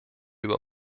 über